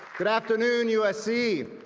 good afternoon usc,